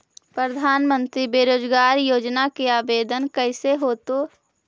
प्रधानमंत्री बेरोजगार योजना के आवेदन कैसे होतै?